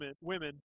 women